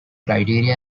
criteria